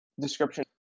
description